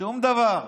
שום דבר.